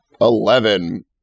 Eleven